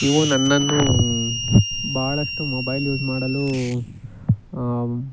ಇವು ನನ್ನನ್ನು ಭಾಳಷ್ಟು ಮೊಬೈಲ್ ಯೂಸ್ ಮಾಡಲು ಆಂ